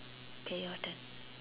okay your turn